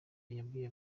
yabwiye